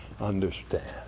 understand